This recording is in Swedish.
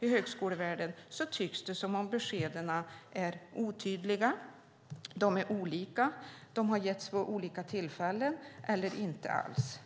i högskolevärlden som vi pratar med tycks det som om beskeden är otydliga, att de är olika och att de har getts vid olika tillfällen eller inte getts alls.